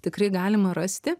tikrai galima rasti